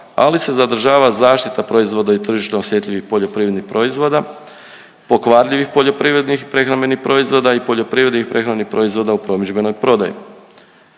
ali se zadržava zaštita proizvoda i tržišno osjetljivih poljoprivrednih proizvoda, pokvarljivih poljoprivrednih prehrambenih proizvoda i poljoprivrednih prehrambenih proizvoda u promidžbenoj prodaji.